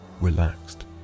relaxed